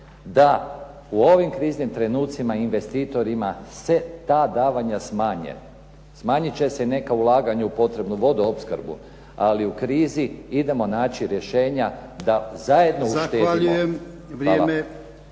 da u ovim kriznim trenucima investitor ima se ta davanja smanje. Smanjit će se neka ulaganja u potrebnu vodoopskrbu, ali u krizi idemo naći rješenja da zajedno uštedimo.